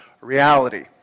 reality